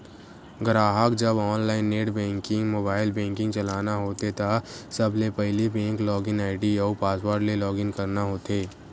गराहक जब online net banking, mobile banking चलाना होथे त सबले पहिली बेंक लॉगिन आईडी अउ पासवर्ड ले लॉगिन करना होथे